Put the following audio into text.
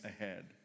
ahead